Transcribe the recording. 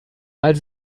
als